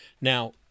Now